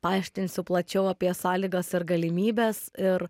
paaiškinsiu plačiau apie sąlygas ir galimybes ir